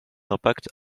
d’impact